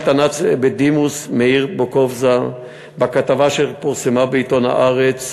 של תנ"צ בדימוס מאיר בוקובזה בכתבה שפורסמה בעיתון "הארץ"